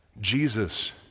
Jesus